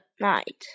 night